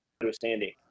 understanding